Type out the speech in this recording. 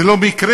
הרי זה לא מקרה.